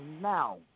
now